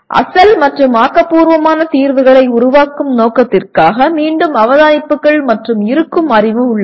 அசல் மற்றும் ஆக்கபூர்வமான தீர்வுகளை உருவாக்கும் நோக்கத்திற்காக மீண்டும் அவதானிப்புகள் மற்றும் இருக்கும் அறிவு உள்ளது